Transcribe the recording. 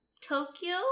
Tokyo